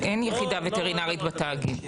אין יחידה וטרינרית בתאגיד.